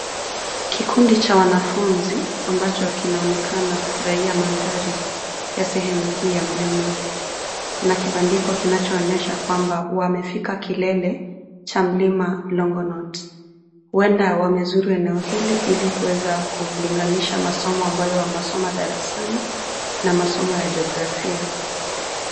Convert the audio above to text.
Kikundi cha wanafunzi, ambacho kinaonekana kufurahia mandhari, ya sehemu hii ya mlima, kuna kibandiko kinachoonyesha kwamba wamefika kilele, cha Mlima Longonot , huenda wamezuru eneo hili ilikuweza kulinganisha masomo ambayo wanasoma darasani, na masomo ya Jografia.